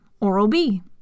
Oral-B